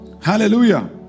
Hallelujah